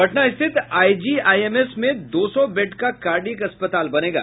पटना स्थित आईजीआईएमएस में दो सौ बेड का कार्डियक अस्पताल बनेगा